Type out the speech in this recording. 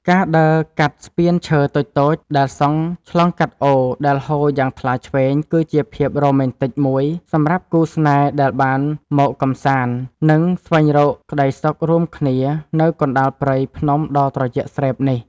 ការដើរកាត់ស្ពានឈើតូចៗដែលសង់ឆ្លងកាត់អូរដែលហូរយ៉ាងថ្លាឈ្វេងគឺជាភាពរ៉ូមែនទិកមួយសម្រាប់គូស្នេហ៍ដែលបានមកកម្សាន្ត និង ស្វែងរកក្តីសុខរួមគ្នានៅកណ្ដាលព្រៃភ្នំដ៏ត្រជាក់ស្រេបនេះ។